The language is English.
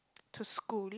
to school